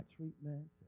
treatments